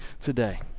today